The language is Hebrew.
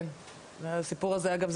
כן והסיפור הזה אגב,